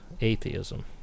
atheism